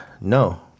No